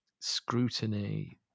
scrutiny